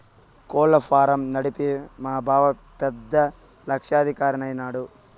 కోళ్ల ఫారం నడిపి మా బావ పెద్ద లక్షాధికారైన నాడు